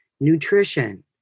Nutrition